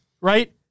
Right